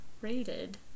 rated